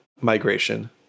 migration